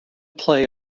play